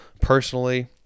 Personally